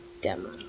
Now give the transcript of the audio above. demo